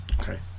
Okay